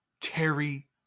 Terry